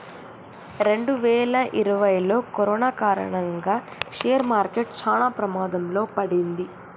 రెండువేల ఇరవైలో కరోనా కారణంగా షేర్ మార్కెట్ చానా ప్రమాదంలో పడింది